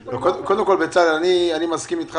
בצלאל, אני מסכים איתך